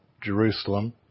Jerusalem